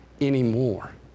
anymore